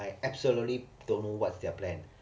I absolutely don't know what's their plan